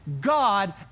God